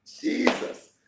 Jesus